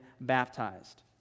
baptized